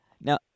Now